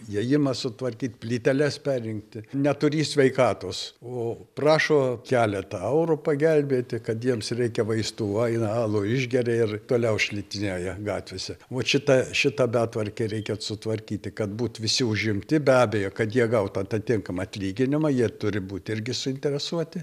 įėjimą sutvarkyt plyteles perrinkti neturį sveikatos o prašo keletą eurų pagelbėti kad jiems reikia vaistų va eina alų išgeria ir toliau šlitinėja gatvėse vat šita šita betvarkė reikia sutvarkyti kad būt visi užimti be abejo kad jie gautų atatinkamą atlyginimą jie turi būt irgi suinteresuoti